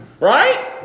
Right